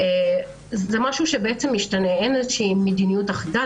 זה משהו שמשתנה, ואין מדיניות אחידה.